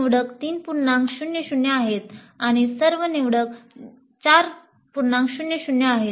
निवडणूक शिस्त विशिष्ठ असू शकते किंवा ती अगदी मुक्त निवड असू शकते